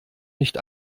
nicht